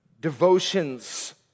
devotions